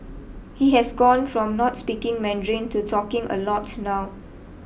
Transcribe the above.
he has gone from not speaking Mandarin to talking a lot now